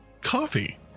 coffee